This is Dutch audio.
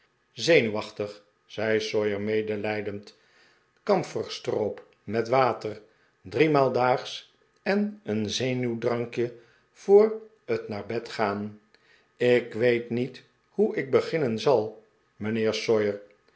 zenuwachtig zei sawyer medelijdend kamferstroop met water driemaal daags en een zenuwdrankje voor het naar bed gaan ik weet niet hoe ik beginnen zal